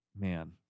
Man